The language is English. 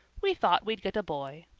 we thought we'd get a boy.